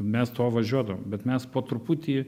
mes to važiuodavom bet mes po truputį